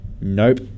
nope